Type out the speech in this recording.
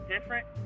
different